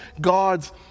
God's